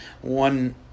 one